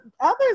others